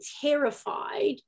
terrified